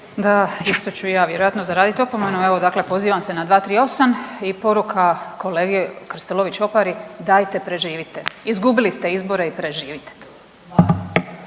Da, isto ću ja vjerojatno zaradit opomenu, evo dakle pozivam se na 238. i poruka Krstulović Opari dajte preživite, izgubili ste izbore i preživite to.